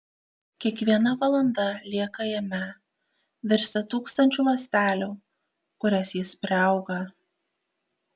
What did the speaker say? kiekviena valanda lieka jame virsta tūkstančiu ląstelių kurias jis priauga